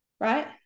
right